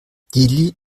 dili